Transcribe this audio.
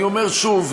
אני אומר שוב,